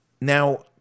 Now